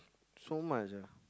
so much ah